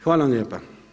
Hvala vam lijepa.